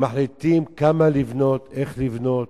הם מחליטים כמה לבנות, איך לבנות,